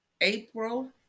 April